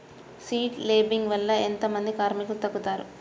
Seed లేంబింగ్ వల్ల ఎంత మంది కార్మికులు తగ్గుతారు?